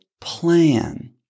plan